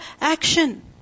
action